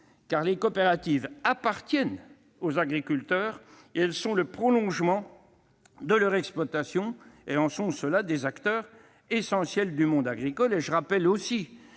car les coopératives appartiennent aux agriculteurs ; elles sont le prolongement de leur exploitation et sont, en cela, des acteurs essentiels du monde agricole. Je rappelle aussi